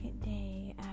day